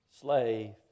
slave